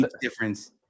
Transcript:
difference